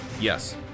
yes